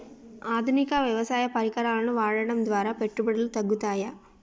ఆధునిక వ్యవసాయ పరికరాలను వాడటం ద్వారా పెట్టుబడులు తగ్గుతయ?